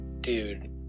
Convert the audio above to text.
Dude